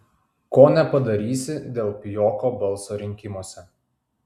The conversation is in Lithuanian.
ko nepadarysi dėl pijoko balso rinkimuose